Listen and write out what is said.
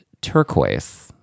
Turquoise